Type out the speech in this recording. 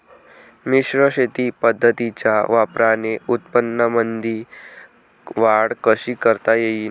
मिश्र शेती पद्धतीच्या वापराने उत्पन्नामंदी वाढ कशी करता येईन?